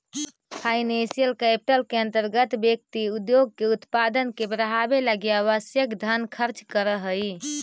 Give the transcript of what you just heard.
financial capital के अंतर्गत व्यक्ति उद्योग के उत्पादन के बढ़ावे लगी आवश्यक धन खर्च करऽ हई